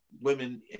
women